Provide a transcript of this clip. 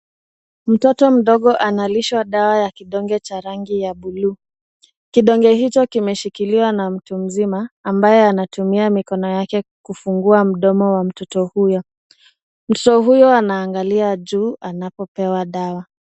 Mtoto mdogo analishwa dawa ya kidonge cha rangi ya buluu. Kidonge hicho kimeshikiliwa na mtu mzima ambaye anatumia mikono yake kufungua mdomo wa mtoto huyo. Mtoto huyo anaangalia juu anapopewa dawa.